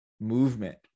movement